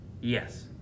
Yes